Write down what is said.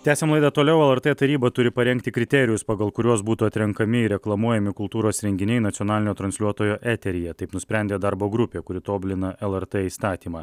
tęsiam laidą toliau lrt taryba turi parengti kriterijus pagal kuriuos būtų atrenkami ir reklamuojami kultūros renginiai nacionalinio transliuotojo eteryje taip nusprendė darbo grupė kuri tobulina lrt įstatymą